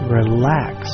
relax